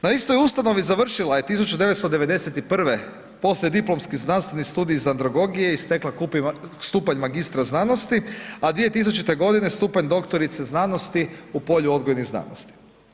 Na istoj ustanovi završila je 1991. poslijediplomski znanstveni studij iz andragogije i stekla stupanj magistra znanosti, a 2000. stupanj doktorice znanosti u polju odgojnih znanosti.